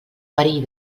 perill